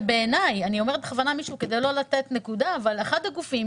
אני אומרת בכוונה מישהו כדי לא לתת נקודה - אחד הגופים